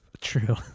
True